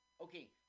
Okay